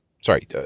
Sorry